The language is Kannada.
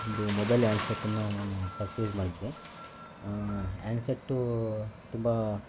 ಒಂದು ಮೊಬೈಲ್ ಆ್ಯಂಡ್ ಸೆಟ್ಟನ್ನು ನಾನು ಪರ್ಚೇಸ್ ಮಾಡಿದ್ದೆ ಆ್ಯಂಡ್ ಸೆಟ್ಟೂ ತುಂಬ